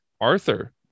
Arthur